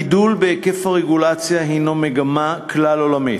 הגידול בהיקף הרגולציה הנו מגמה כלל-עולמית,